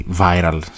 viral